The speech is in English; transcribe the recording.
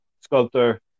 sculptor